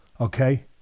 Okay